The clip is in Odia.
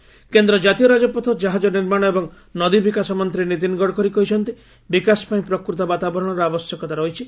ଗଡ଼କରୀ କେନ୍ଦ୍ର କାତୀୟ ରାଜପଥ ଜାହାଜ ନିର୍ମାଣ ଏବଂ ନଦୀ ବିକାଶ ମନ୍ତ୍ରୀ ନିତିନ୍ ଗଡ଼କରୀ କହିଛନ୍ତି ବିକାଶ ପାଇଁ ପ୍ରକୃତ ବାତାବରଣର ଆବଶ୍ୟକତା ରହିଛି